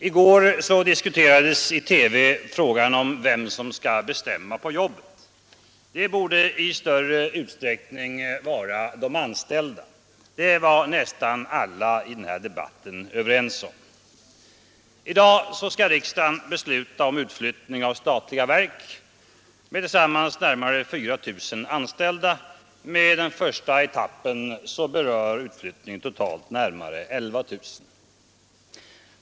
Fru talman! I går diskuterades i TV frågan om vem som skall bestämma på jobbet. Det borde i större utsträckning vara de anställda. Det var nästan alla överens om i debatten. I dag skall riksdagen besluta om utflyttning av statliga verk med tillsammans närmare 4 000 anställda. Med första etappen berör utflyttningen totalt närmare 11 000.